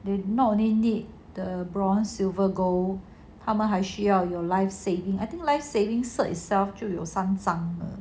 they not only need the bronze silver gold 他们还需要有 life saving I think life saving cert itself 就三张了